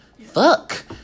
Fuck